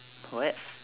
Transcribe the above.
what